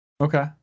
Okay